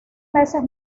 meses